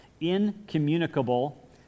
incommunicable